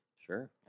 Sure